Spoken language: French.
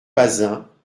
bazin